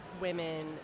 women